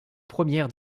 première